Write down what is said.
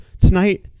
Tonight